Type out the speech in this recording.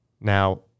Now